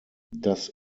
das